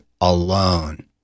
alone